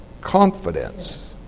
confidence